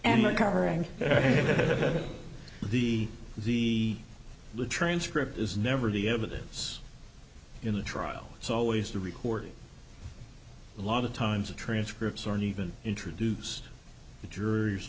ok the the transcript is never the evidence in the trial it's always the recording a lot of times the transcripts are an even introduced the jurors